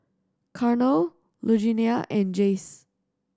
Carnell Lugenia and Jace